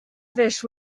fish